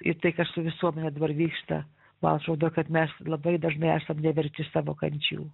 ir tai kas su visuomene dabar vyksta ma atrodo kad mes labai dažnai esam neverti savo kančių